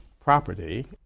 property